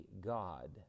God